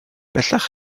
bellach